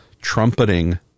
trumpeting